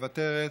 מוותרת,